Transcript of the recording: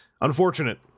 unfortunate